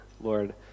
Lord